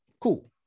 Cool